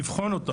נבחן אותו.